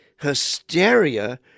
hysteria